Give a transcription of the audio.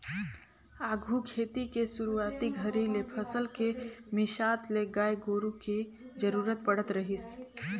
आघु खेती के सुरूवाती घरी ले फसल के मिसात ले गाय गोरु के जरूरत पड़त रहीस